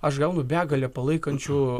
aš gaunu begalę palaikančių